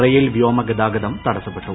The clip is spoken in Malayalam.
റെയിൽ വ്യോമ ഗതാഗതം തടസ്സപ്പെട്ടു